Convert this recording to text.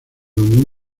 donde